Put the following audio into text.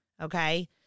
Okay